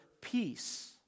peace